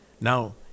Now